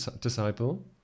disciple